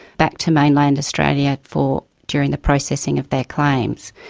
back to mainland australia for. during the processing of their claims.